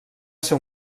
ser